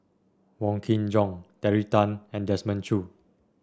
Wong Kin Jong Terry Tan and Desmond Choo